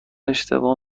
اشتباه